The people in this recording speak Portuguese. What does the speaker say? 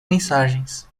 mensagens